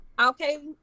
Okay